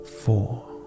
four